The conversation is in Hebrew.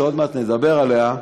שעוד מעט נדבר עליה,